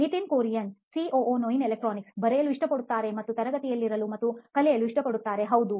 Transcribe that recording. Nitin Kurian COO ನೋಯಿನ್ electronics ಬರೆಯಲು ಇಷ್ಟಪಡುತ್ತಾರೆ ಮತ್ತು ತರಗತಿಯಲ್ಲಿರಲು ಮತ್ತು ಕಲಿಯಲು ಇಷ್ಟಪಡುತ್ತಾರೆ ಹೌದು